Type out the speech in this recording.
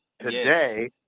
today